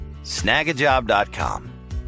snagajob.com